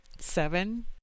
Seven